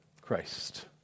Christ